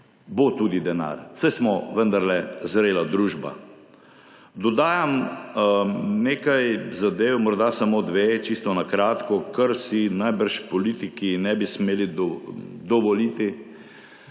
Bo tudi denar, saj smo vendarle zrela družba. Dodajam nekaj zadev, morda samo dve, čisto na kratko, kar si najbrž politiki ne bi smeli dovoliti.